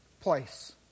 place